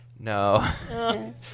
No